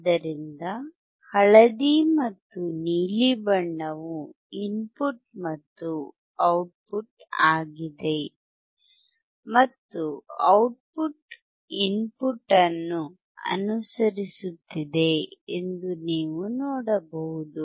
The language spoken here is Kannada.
ಆದ್ದರಿಂದ ಹಳದಿ ಮತ್ತು ನೀಲಿ ಬಣ್ಣವು ಇನ್ಪುಟ್ ಮತ್ತು ಔಟ್ಪುಟ್ ಆಗಿದೆ ಮತ್ತು ಔಟ್ಪುಟ್ ಇನ್ಪುಟ್ ಅನ್ನು ಅನುಸರಿಸುತ್ತಿದೆ ಎಂದು ನೀವು ನೋಡಬಹುದು